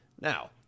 Now